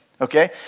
Okay